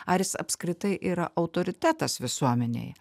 ar jis apskritai yra autoritetas visuomenėje